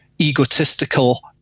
egotistical